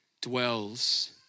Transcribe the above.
dwells